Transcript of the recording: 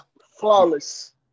flawless